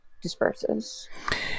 disperses